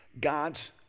God's